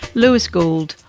lewis gould,